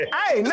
hey